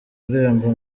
irembo